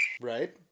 Right